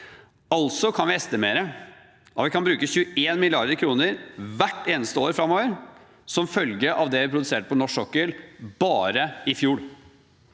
Altså kan vi estimere at vi kan bruke 21 mrd. kr hvert eneste år framover som følge av det vi produserte på norsk sokkel bare i fjor.